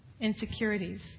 insecurities